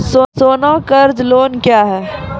सोना कर्ज लोन क्या हैं?